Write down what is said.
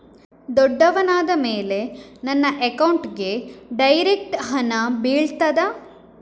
ದೊಡ್ಡವನಾದ ಮೇಲೆ ನನ್ನ ಅಕೌಂಟ್ಗೆ ಡೈರೆಕ್ಟ್ ಹಣ ಬೀಳ್ತದಾ?